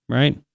right